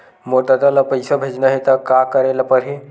मोर ददा ल पईसा भेजना हे त का करे ल पड़हि?